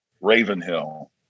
Ravenhill